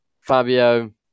Fabio